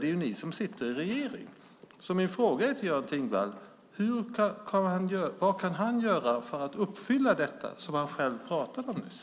Det är ju ni som sitter i regeringen. Min fråga till Göran Thingwall blir alltså: Vad kan han göra för att uppfylla det som han själv pratade om nyss?